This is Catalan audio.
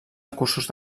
recursos